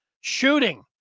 shooting